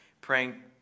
praying